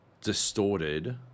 Distorted